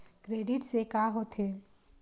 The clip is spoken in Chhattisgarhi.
क्रेडिट से का होथे?